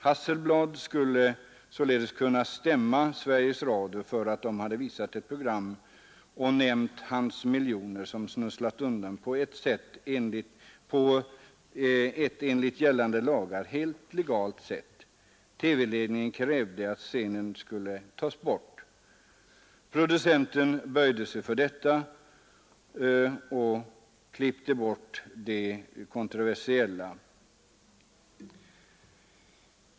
Hasselblad skulle således kunna stämma Sveriges Radio därför att man hade visat ett program och nämnt hans miljoner som smusslades undan på ett enligt gällande lagar helt legalt sätt. TV-ledningen krävde att scenen skulle tas bort. Producenten böjde sig för detta och klippte bort det kontroversiella avsnittet.